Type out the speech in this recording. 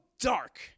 dark